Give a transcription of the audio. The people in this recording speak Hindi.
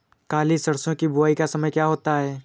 काली सरसो की बुवाई का समय क्या होता है?